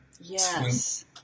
Yes